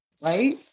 Right